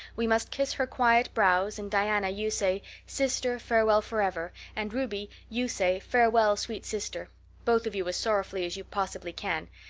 we must kiss her quiet brows and, diana, you say, sister, farewell forever and ruby, you say, farewell, sweet sister both of you as sorrowfully as you possibly can.